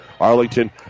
Arlington